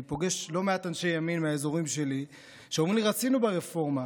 אני פוגש לא מעט אנשי ימין מהאזורים שלי שאומרים לי: רצינו ברפורמה,